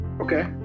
Okay